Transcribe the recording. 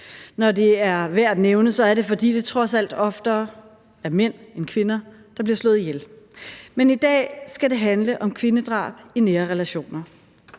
når det er værd at nævne, er det, fordi det trods alt oftere er kvinder end mænd, der bliver slået ihjel. Og i dag skal det handle om kvindedrab i nære relationer.